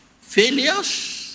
failures